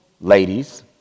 ladies